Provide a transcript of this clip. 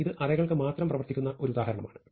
ഇത് അറേകൾക്ക് മാത്രം പ്രവർത്തിക്കുന്ന ഒരു ഉദാഹരണമാണ്